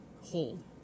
hold